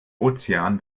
ozean